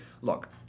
Look